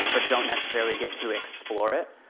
but don't necessarily get to explore it.